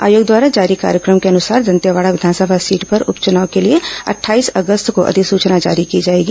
आयोग द्वारा जारी कार्यक्रम के अनुसार दंतेवाड़ा विधानसभा सीट पर उप चुनाव के लिए अट्ठाईस अगस्त को अधिसचना जारी की जाएगी